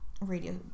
radio